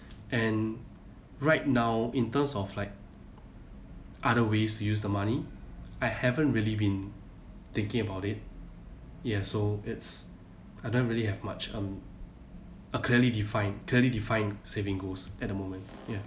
and right now in terms of like other ways to use the money I haven't really been thinking about it ya so it's I don't really have much um a clearly defined clearly defined saving goals at the moment ya